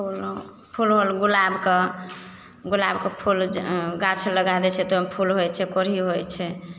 फूल नाँव फूल होल गुलाबके गुलाबके फुल गाछ लगा दै छियै तऽ फूल होइत छै कोढ़ी होइत छै